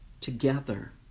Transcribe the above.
together